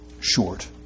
short